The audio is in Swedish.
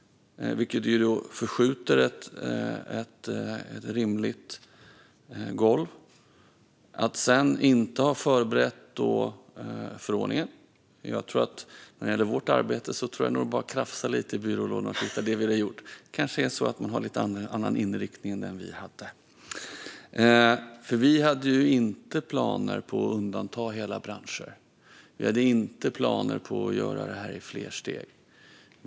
Det skjuter upp införandet av ett rimligt golv. Sedan har man inte förberett förordningen. När det gäller vårt arbete tror jag nog att det bara är att krafsa lite i byrålådorna, så hittar man det vi har gjort. Det kanske är så att man har en lite annan inriktning än den vi hade. Vi hade inte planer på att undanta hela branscher. Vi hade inte planer på att göra det i flera steg.